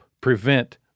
prevent